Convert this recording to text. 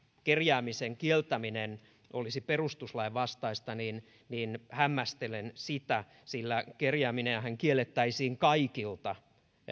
kerjäämisen kieltäminen olisi perustuslain vastaista niin niin hämmästelen sitä sillä kerjääminenhän kiellettäisiin kaikilta